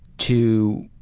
to